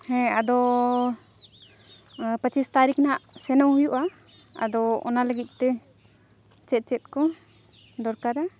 ᱦᱮᱸ ᱟᱫᱚ ᱯᱟᱪᱤᱥ ᱛᱟᱨᱤᱠᱷ ᱱᱟᱦᱟᱜ ᱥᱮᱱᱚᱜ ᱦᱩᱭᱩᱜᱼᱟ ᱟᱫᱚ ᱚᱱᱟ ᱞᱟᱹᱜᱤᱫ ᱛᱮ ᱪᱮᱫ ᱪᱮᱫ ᱠᱚ ᱫᱚᱨᱠᱟᱨᱟ